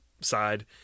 side